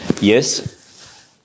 Yes